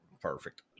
Perfect